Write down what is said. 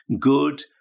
good